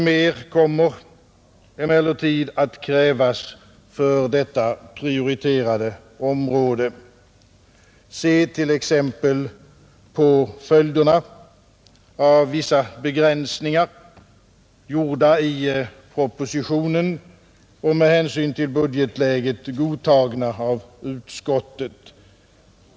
Mer kommer emellertid att krävas för detta prioriterade område, Se till exempel på följderna av vissa begränsningar, gjorda i propositionen och med hänsyn till budgetläget godtagna av utskottet.